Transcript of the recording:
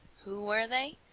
who were they?